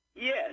Yes